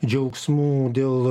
džiaugsmų dėl